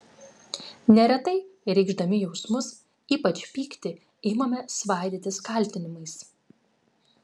neretai reikšdami jausmus ypač pyktį imame svaidytis kaltinimais